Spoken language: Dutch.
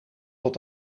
tot